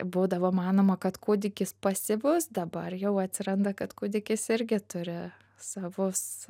būdavo manoma kad kūdikis pasyvus dabar jau atsiranda kad kūdikis irgi turi savus